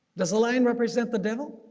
does the lion represent the devil?